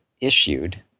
issued